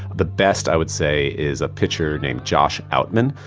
the best i would say is a pitcher named josh outman,